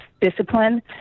discipline